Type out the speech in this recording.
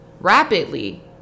rapidly